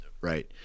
Right